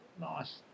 nice